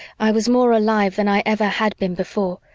i was more alive than i ever had been before,